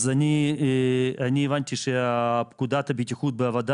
אז אני הבנתי שפקודת הבטיחות בעבודה